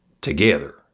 together